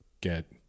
get